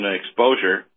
exposure